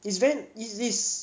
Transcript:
it's very is is